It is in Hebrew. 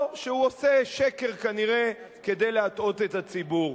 או שהוא עושה שקר כנראה כדי להטעות את הציבור.